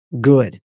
good